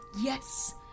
yes